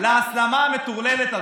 מה קרה עכשיו להסלמה המטורללת הזו?